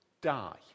die